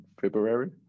february